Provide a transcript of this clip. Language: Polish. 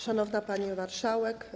Szanowna Pani Marszałek!